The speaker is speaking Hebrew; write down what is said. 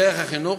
בדרך החינוך,